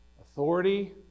authority